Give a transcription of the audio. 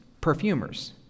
perfumers